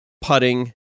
putting